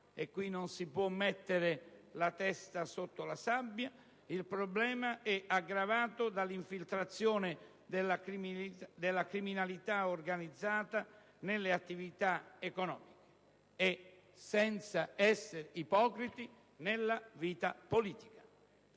(non si può mettere la testa sotto la sabbia) il problema è aggravato dall'infiltrazione della criminalità organizzata nelle attività economiche e - senza essere ipocriti - nella vita politica.